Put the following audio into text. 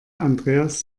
andreas